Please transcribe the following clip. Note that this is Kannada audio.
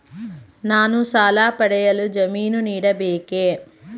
ನಾನು ಸಾಲ ಪಡೆಯಲು ಜಾಮೀನು ನೀಡಬೇಕೇ?